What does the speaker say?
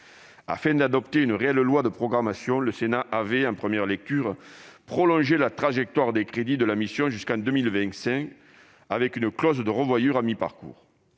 Afin d'adopter une réelle loi de programmation, le Sénat avait, en première lecture, prolongé la trajectoire des crédits de la mission jusqu'en 2025, avec une clause de revoyure à mi-parcours.